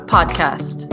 Podcast